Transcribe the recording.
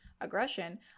aggression